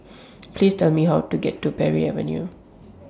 Please Tell Me How to get to Parry Avenue